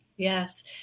Yes